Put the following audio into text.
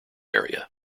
area